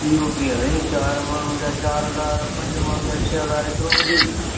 इहो कीअं साईं चारि माण्हू जा चारि हज़ार पंज माण्हू जा छह हज़ार हेतिरो वधीक